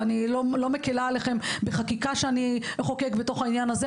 ואני לא מקלה עליכם בחקיקה שאני אחוקק בתוך העניין הזה,